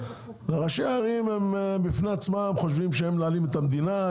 ראשי הערים הם בפני עצמם חושבים שהם מנהלים את המדינה,